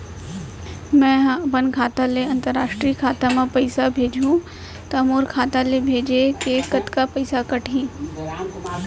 मै ह अपन खाता ले, अंतरराष्ट्रीय खाता मा पइसा भेजहु त मोर खाता ले, भेजे के कतका पइसा कटही?